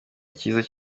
icyiza